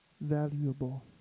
valuable